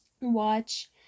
watch